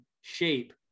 shape